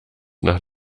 nach